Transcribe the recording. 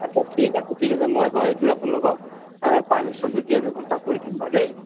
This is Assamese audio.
আচ্ছা ঠিক আছে ঠিক আছে মই বাৰু এইটো আপোনালোকক পাৰ্মিশ্যনটো দিয়াৰ ব্যৱস্থা কৰি দিম বাৰু দেই